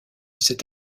cet